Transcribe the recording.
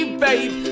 babe